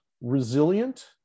resilient